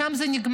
שם זה נגמר.